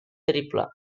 triple